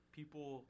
people